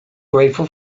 grateful